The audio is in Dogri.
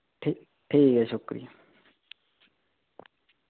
ठीक ठीक ऐ शुक्रिया